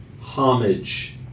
homage